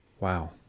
Wow